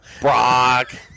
Brock